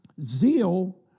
Zeal